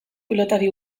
pilotari